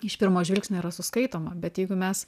iš pirmo žvilgsnio yra suskaitoma bet jeigu mes